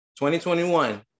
2021